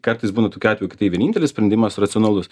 kartais būna tokių atvejų kad tai vienintelis sprendimas racionalus